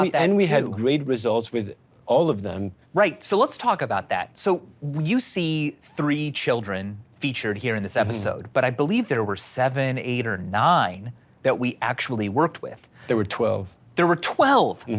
um and we had great results with all of them. right, so let's talk about that. so you see three children featured here in this episode. but i believe there were seven, eight or nine that we actually worked with. there were twelve, there were twelve,